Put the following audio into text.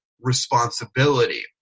responsibility